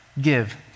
give